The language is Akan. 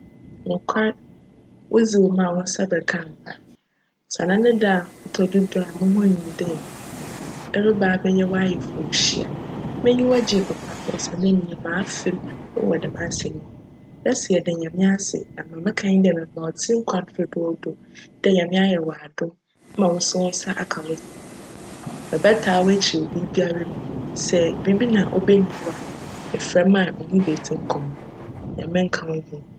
Nokwar, wodze wc mu a wo nsa bjka. Sanda ne da a ctc do du na munhu dj ereba abjyj w'ayefor hyia, m'enyiwa gyee papa osiandj minyim ma afa mu wc djm asjm yi ho. Yjse yjda Nyame ase. Ma meka nye dj mema wo tsir nkwa dodoodo dj Nyame ayj wo adom ma wo so wo nsa aka wo dze. Mebjtaa w'ekyir wc biribiara mu. Sj biribi na obehia wo a, efrj me a, menye wo bedzi nkcmbc. Nyame nka wo.